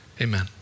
amen